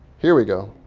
here we go.